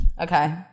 Okay